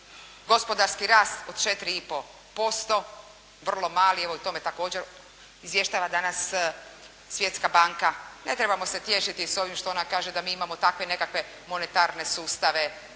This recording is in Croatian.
gospodarski rast od 4 i pol posto, vrlo mali, evo to me također izvještava danas Svjetska banka. Ne trebamo se tješiti s ovim što ona kaže da mi imamo takve nekakve monetarne sustave,